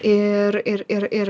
ir ir ir ir